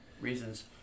reasons